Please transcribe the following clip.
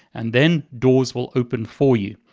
and then doors will open for you.